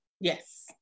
Yes